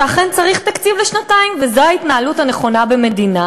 שאכן צריך תקציב לשנתיים וזו ההתנהלות הנכונה במדינה,